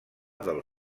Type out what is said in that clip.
del